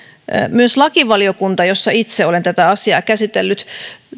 myös lakivaliokunta jossa itse olen tätä asiaa käsitellyt